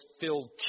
filled